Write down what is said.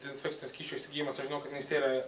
dezinfekcinio skysčio įsigijimas aš žinau kad tenais tėra